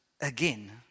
again